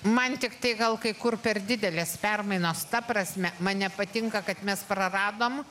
man tiktai gal kai kur per didelės permainos ta prasme man nepatinka kad mes praradom